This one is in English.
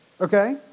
Okay